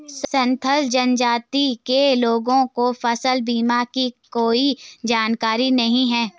संथाल जनजाति के लोगों को फसल बीमा की कोई जानकारी नहीं है